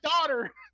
daughter